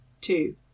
Two